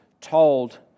told